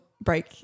break